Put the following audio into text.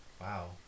Wow